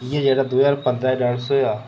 इ'यै जेह्ड़ा दो ज्हार पंदरा च डांस होएआ हा